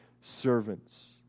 servants